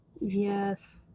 Yes